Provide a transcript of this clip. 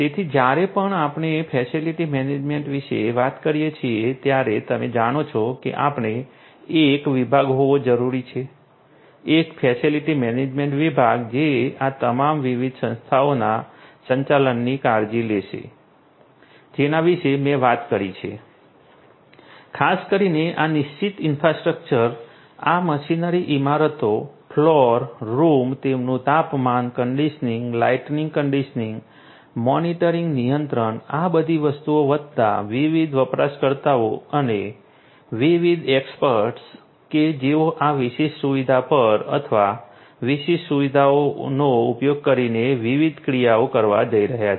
તેથી જ્યારે પણ આપણે ફેસિલિટી મેનેજમેન્ટ વિશે વાત કરીએ છીએ ત્યારે તમે જાણો છો કે આપણે એક વિભાગ હોવો જરૂરી છે એક ફેસિલિટી મેનેજમેન્ટ વિભાગ જે આ તમામ વિવિધ સંસ્થાઓના સંચાલનની કાળજી લેશે જેના વિશે મેં વાત કરી છે ખાસ કરીને આ નિશ્ચિત ઈન્ફ્રાસ્ટ્રક્ચર આ મશીનરી ઇમારતો ફ્લોર રૂમ તેમનું તાપમાન કન્ડીશનીંગ લાઇટિંગ કન્ડીશનીંગ મોનીટરીંગ નિયંત્રણ આ બધી વસ્તુઓ વત્તા વિવિધ વપરાશકર્તાઓ અને વિવિધ એક્ટર્સ કે જેઓ આ વિશિષ્ટ સુવિધા પર અથવા આ વિશિષ્ટ સુવિધાનો ઉપયોગ કરીને વિવિધ ક્રિયાઓ કરવા જઈ રહ્યા છે